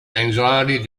anxiety